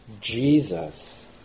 Jesus